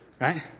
right